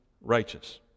righteous